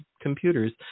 computers